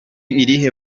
irihe